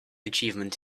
achievement